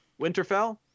Winterfell